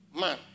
man